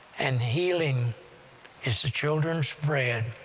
and healing is the children's bread.